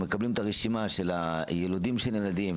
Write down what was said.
מקבלים את הרשימה של הילודים שנולדים,